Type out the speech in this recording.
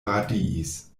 radiis